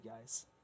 guys